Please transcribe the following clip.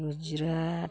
Gujarat